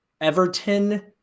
Everton